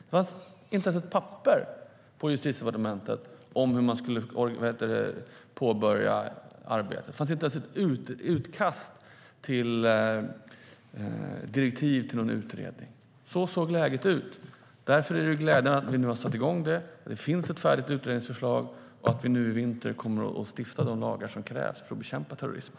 Det fanns inte ens ett papper på Justitiedepartementet om hur man skulle påbörja arbetet. Det fanns inte ens ett utkast till direktiv till någon utredning. Så såg läget ut. Därför är det glädjande att vi nu har satt igång det - det finns ett färdigt utredningsförslag - och att vi nu i vinter kommer att stifta de lagar som krävs för att bekämpa terrorismen.